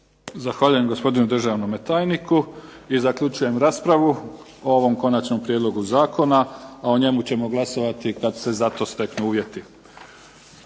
Zahvaljujem gospodinu državnom tajniku. I zaključujem raspravu o ovom konačnom prijedlogu zakona, a o njemu ćemo glasovati kada se zato steknu uvjeti.